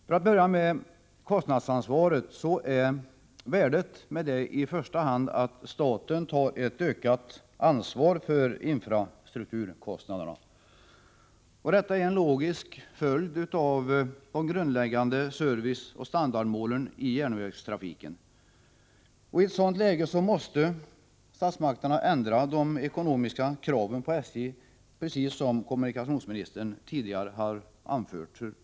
För att börja med kostnadsansvaret vill jag säga att värdet med det i första hand är att staten tar ett ökat ansvar för infrastrukturkostnaderna. Det är en logisk följd av de grundläggande serviceoch standardmålen i järnvägstrafiken. I ett sådant läge måste statsmakterna ändra de ekonomiska kraven på SJ, precis som kommunikationsministern tidigare har anfört.